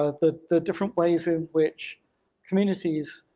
ah the the different ways in which communities,